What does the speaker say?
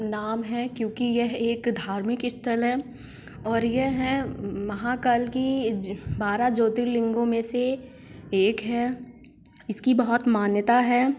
नाम है क्योंकि यह एक धार्मिक स्थल है और यह महाकाल की बारह ज्योतिर्लिंगों मे से एक है इसकी बहुत मान्यता है